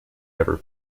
ever